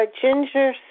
Ginger